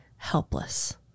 helpless